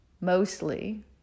mostly